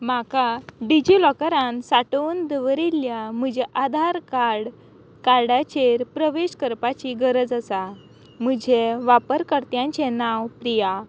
म्हाका डिजिलॉकरान सांठोवन दवरिल्ल्या म्हज्या आधार कार्ड कार्डाचेर प्रवेश करपाची गरज आसा म्हजें वापरकर्त्यांचें नांव प्रिया